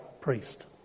priest